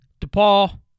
DePaul